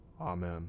Amen